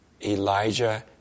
Elijah